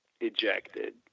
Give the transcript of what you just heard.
ejected